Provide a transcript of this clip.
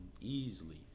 easily